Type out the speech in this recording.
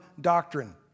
doctrine